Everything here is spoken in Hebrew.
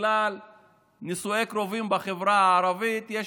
בגלל נישואי קרובים בחברה הערבית יש